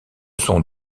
sont